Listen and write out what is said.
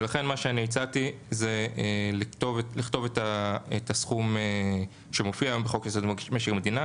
לכן מה שאני הצעתי זה לכתוב את הסכום שמופיע היום בחוק משק המדינה.